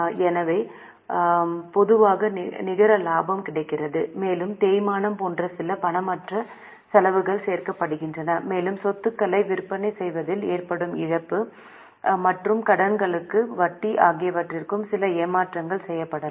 எனவே பொதுவாக நிகர லாபம் கிடைக்கிறது மேலும் தேய்மானம் போன்ற சில பணமற்ற செலவுகள் சேர்க்கப்படுகின்றன மேலும் சொத்துக்களை விற்பனை செய்வதில் ஏற்படும் இழப்பு மற்றும் கடன்களுக்கான வட்டி ஆகியவற்றிற்கு சில மாற்றங்கள் செய்யப்படலாம்